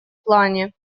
плане